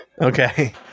Okay